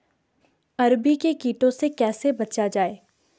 अरबी को कीटों से कैसे बचाया जाए?